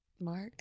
mark